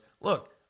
look